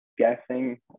Guessing